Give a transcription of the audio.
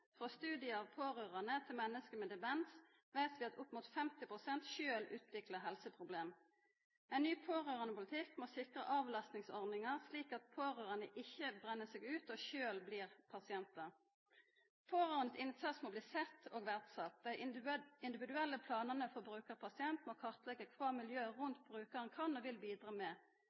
Frå studiar av pårørande til menneske med demens veit vi at opp mot 50 pst. sjølv utviklar helseproblem. Ein ny pårørandepolitikk må sikra avlastningsordningar, slik at pårørande ikkje brenn seg ut og sjølve blir pasientar. Pårørande sin innsats må bli sett og verdsett. Dei individuelle planane for brukar/pasient må kartleggja kva miljøet rundt brukaren kan og vil bidra med.